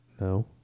No